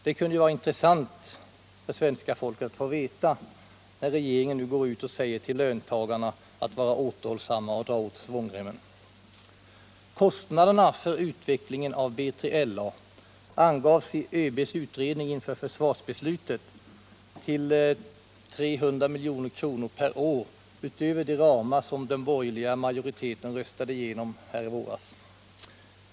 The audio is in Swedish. Det kunde vara intressant för svenska folket att få veta, när regeringen nu uppmanar löntagarna att vara återhållsamma och dra åt svångremmen. Kostnaderna för utveckling av B3LA angavs i ÖB:s utredning inför försvarsbeslutet till 300 milj.kr. per år utöver de ramar som den borgerliga majoriteten röstat igenom här i våras.